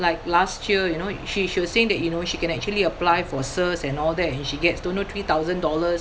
like last year you know she she was saying that you know she can actually apply for and all that and she gets don't know three thousand dollars